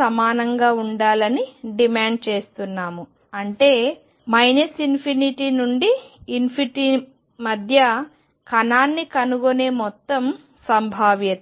సమానంగా ఉండాలని డిమాండ్ చేస్తున్నాము అంటే ∞ నుండి మధ్య కణాన్ని కనుగొనే మొత్తం సంభావ్యత